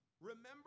remember